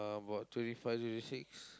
about twenty five twenty six